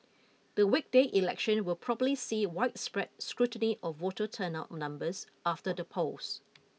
the weekday election will probably see widespread scrutiny of voter turnout numbers after the polls